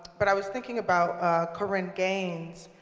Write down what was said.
but i was thinking about korryn gaines,